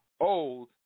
old